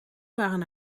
waren